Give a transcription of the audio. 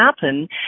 happen